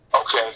Okay